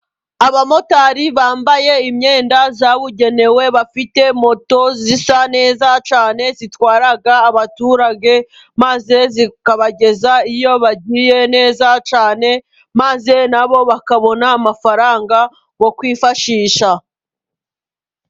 Abamotari bambaye imyenda yabugenewe bafite moto zisa neza cyane zitwara abaturage, maze zikabageza iyo bagiye neza cyane, maze na bo bakabona amafaranga yo kwifashisha.